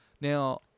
Now